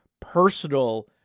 personal